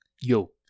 yo